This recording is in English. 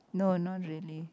no not really